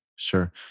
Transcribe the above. Sure